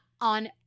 On